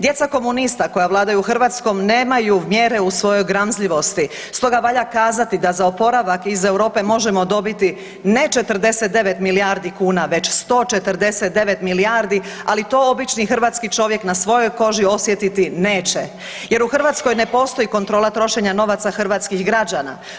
Djeca komunista koja vladaju Hrvatskom nemaju mjere u svojoj gramzljivosti, stoga valja kazati da za oporavak iz Europe možemo dobiti ne 49 milijardi kuna već 149 milijardi ali to obični hrvatski čovjek na svojoj koži osjetiti neće jer u Hrvatskoj ne postoji kontrola trošenja novaca hrvatskih građana.